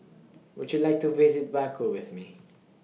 Would YOU like to visit Baku with Me